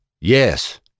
yes